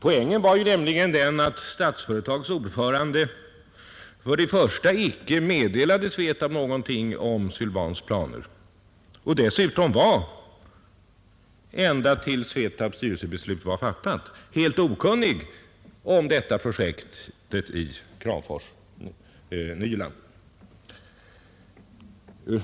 Den var nämligen att Statsföretags ordförande för det första icke meddelade Svetab någonting om Sylvans planer och för det andra ända tills Svetabs styrelsebeslut hade fattats var helt okunnig om projektet i Kramfors-Nyland.